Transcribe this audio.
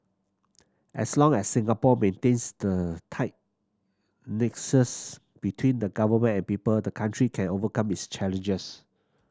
as long as Singapore maintains the tight nexus between the Government and people the country can overcome its challenges